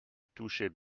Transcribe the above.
touchaient